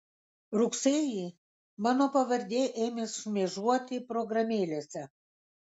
rugsėjį mano pavardė ėmė šmėžuoti programėlėse